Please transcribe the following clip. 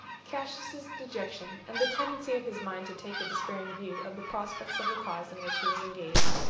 cassius's dejection, and the tendency of his mind to take a despairing view of the prospects of the cause in which he was engaged,